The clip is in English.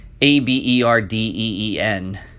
A-B-E-R-D-E-E-N